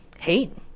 hate